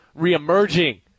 reemerging